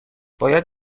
باید